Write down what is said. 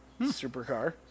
supercar